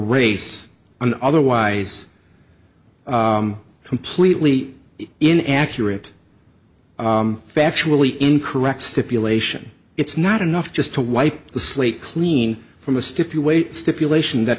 race an otherwise completely in accurate factually incorrect stipulation it's not enough just to wipe the slate clean from a stipulate stipulation that